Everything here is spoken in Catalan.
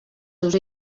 seus